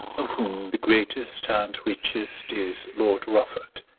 of whom the greatest and richest is lord rufford.